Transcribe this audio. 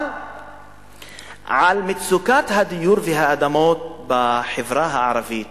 אבל על מצוקת הדיור והאדמות בחברה הערבית